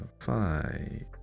five